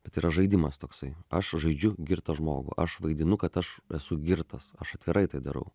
bet yra žaidimas toksai aš žaidžiu girtą žmogų aš vaidinu kad aš esu girtas aš atvirai tai darau